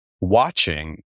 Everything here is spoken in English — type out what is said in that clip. watching